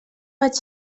vaig